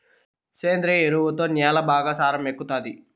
సేంద్రియ ఎరువుతో న్యాల బాగా సారం ఎక్కుతాది